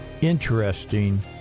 interesting